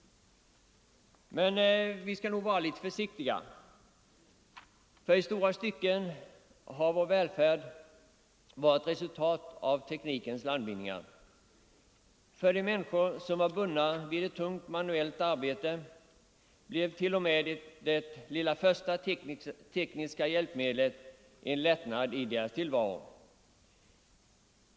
Men vi skall nog vara litet försiktiga. I stora stycken har vår välfärd nämligen varit ett resultat av teknikens landvinningar. För de människor som var bundna vid ett tungt manuellt arbete blev t.o.m. det lilla första tekniska hjälpmedlet en lättnad i deras tillvaro.